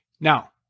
Now